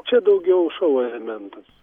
čia daugiau šou elementus